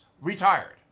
Retired